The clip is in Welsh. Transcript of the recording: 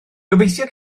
gobeithio